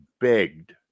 begged